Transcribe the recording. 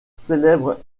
célèbre